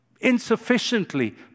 insufficiently